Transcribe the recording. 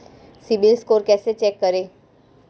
CIBIL score कैसे check करें?